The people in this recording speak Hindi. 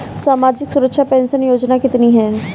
सामाजिक सुरक्षा पेंशन योजना कितनी हैं?